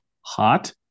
hot